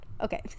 Okay